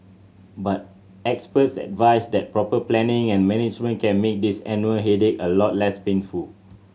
but experts advise that proper planning and management can make this annual headache a lot less painful